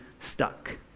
stuck